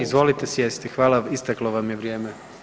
Izvolite sjesti, hvala, isteklo vam je vrijeme.